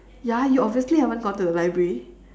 ya you obviously haven't gone to the library